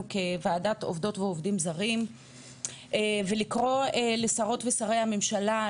כוועדת עובדות ועובדים זרים ולקרוא לשרות ושרי הממשלה,